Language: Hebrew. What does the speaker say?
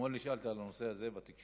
אתמול נשאלת על הנושא הזה בתקשורת.